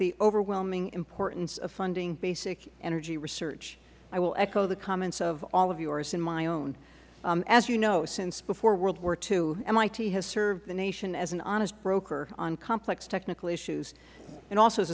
the overwhelming importance of funding basic energy research i will echo the comments of all of yours and my own as you know since before world war ii mit has served the nation as an honest broker on complex technical issues and also as